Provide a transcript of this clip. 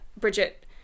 Bridget